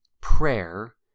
prayer